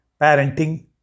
parenting